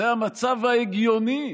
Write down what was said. זה המצב ההגיוני